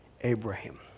Abraham